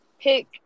pick